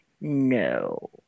No